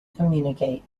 communicate